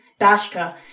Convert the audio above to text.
Dashka